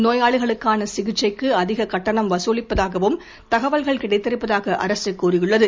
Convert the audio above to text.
நோயாளிகளுக்கான சிகிச்சைக்கு அதிக கட்டயம் வசூலிப்பதாகவும் தகவல்கள் கிடைத்திருப்பதாக அரசு கூறியுள்ளது